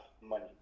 money